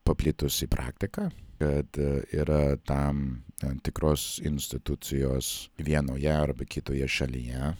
paplitusi praktika kad yra tam tam tikros institucijos vienoje arba kitoje šalyje